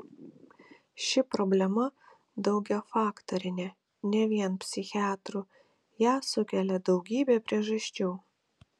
ši problema daugiafaktorinė ne vien psichiatrų ją sukelia daugybė priežasčių